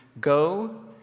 go